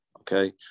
okay